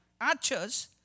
Archers